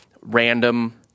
random